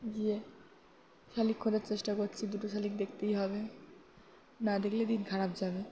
গিয়ে শালিক খোঁজার চেষ্টা করছি দুটো শালিক দেখতেই হবে না দেখলে দিন খারাপ যাবে